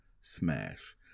Smash